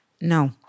No